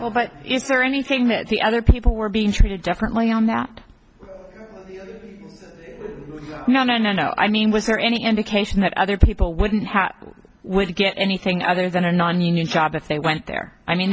well but is there anything that the other people were being treated differently on that no no no i mean was there any indication that other people wouldn't would get anything other than a nonunion job if they went there i mean